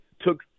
took